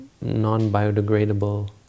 non-biodegradable